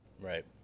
Right